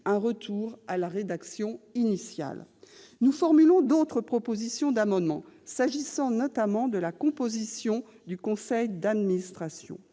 un retour à la rédaction initiale. Nous formulons d'autres propositions d'amendements ayant notamment pour objet la composition du conseil d'administration.